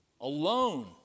Alone